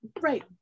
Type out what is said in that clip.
Right